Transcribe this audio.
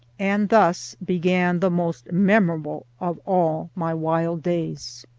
and thus began the most memorable of all my wild days.